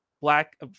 black